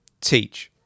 teach